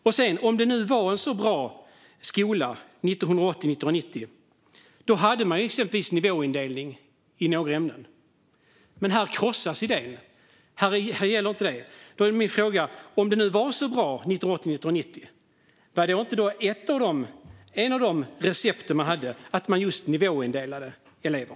Man hade exempelvis nivåindelning i några ämnen 1980 eller 1990. Men den idén krossas här. Den gäller inte. Men om skolan var så bra 1980 eller 1990, var inte ett av recepten man hade att just nivåindela elever?